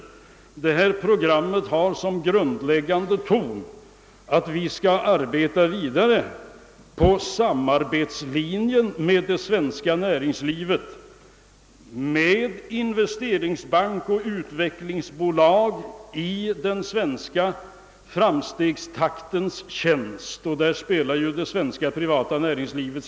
Grundtanken i programmet är att vi i den svenska framstegstaktens tjänst — här spelar det privata näringslivet en avgörande roll — med hjälp av bl.a. investeringsbank och utvecklingsbolag skall arbeta vidare på samarbetet med det svenska näringslivet.